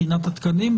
בחינת התקנים,